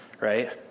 right